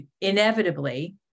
inevitably